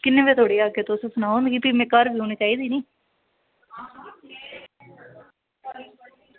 किन्ने बजे धोड़ी आह्गे तुस भी में घर बी होनी चाहिदी नी